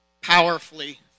powerfully